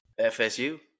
FSU